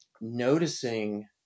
noticing